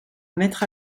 mettre